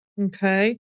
okay